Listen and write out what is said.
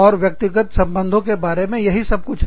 और व्यक्तिगत संबंधों के बारे में यही सब कुछ है